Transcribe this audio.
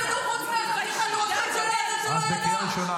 כולם ידעו חוץ מחתיכת ראש הממשלה הזה, שלא ידע.